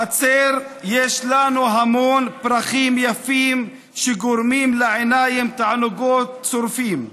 בחצר יש לנו המון פרחים יפים שגורמים לעיניים תענוגות צרופים,